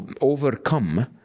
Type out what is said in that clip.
overcome